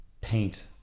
paint